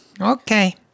Okay